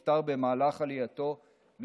גולת הכותרת של החוק היא